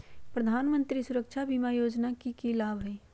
प्रधानमंत्री सुरक्षा बीमा योजना के की लाभ हई?